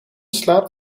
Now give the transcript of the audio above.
slaapt